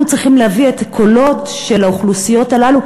אנחנו צריכים להביא את הקולות של האוכלוסיות הללו,